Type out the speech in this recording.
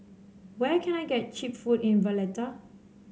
where can I get cheap food in Valletta